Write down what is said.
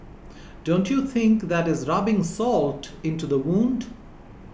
don't you think that is rubbing salt into the wound